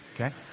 okay